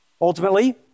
Ultimately